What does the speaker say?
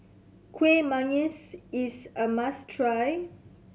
Kueh Manggis is a must try